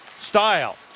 style